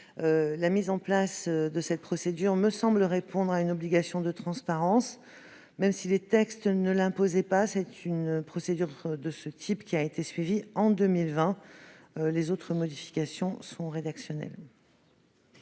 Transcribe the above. La mise en place de cette procédure me semble répondre à une obligation de transparence, même si les textes ne l'imposaient pas. C'est d'ailleurs ainsi que cela a été fait en 2020. Les autres modifications proposées sont rédactionnelles.